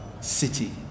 City